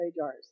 jars